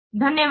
धन्यवाद्